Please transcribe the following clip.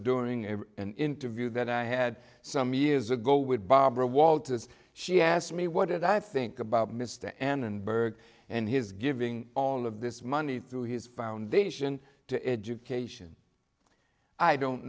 during an interview that i had some years ago with barbara walters she asked me what i think about mr annenberg and his giving all of this money through his foundation to education i don't